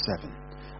seven